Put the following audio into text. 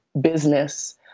business